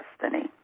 destiny